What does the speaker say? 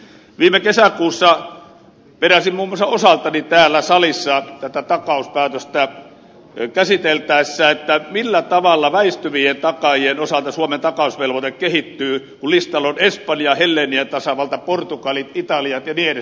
viime kesäkuussa peräsin muun muassa osaltani täällä salissa tätä takauspäätöstä käsiteltäessä millä tavalla väistyvien takaajien osalta suomen takausvelvoite kehittyy kun listalla ovat espanja helleenien tasavalta portugalit italiat ja niin edelleen